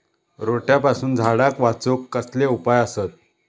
रोट्यापासून झाडाक वाचौक कसले उपाय आसत?